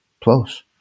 plus